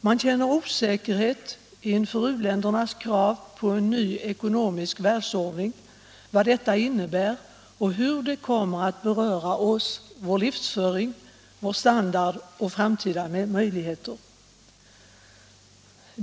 Man känner osäkerhet inför u-ländernas krav på en ny ekonomisk världsordning, vad det innebär och hur det kommer att beröra oss, vår livsföring, vår standard och våra framtida möjligheter.